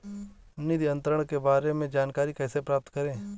निधि अंतरण के बारे में जानकारी कैसे प्राप्त करें?